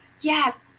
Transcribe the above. Yes